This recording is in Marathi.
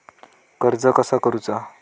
कर्ज कसा करूचा?